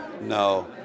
No